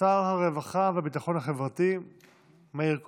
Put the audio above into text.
שר הרווחה והביטחון החברתי מאיר כהן.